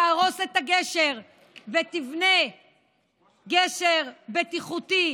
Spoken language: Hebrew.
תהרוס את הגשר ותבנה גשר בטיחותי,